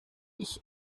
ich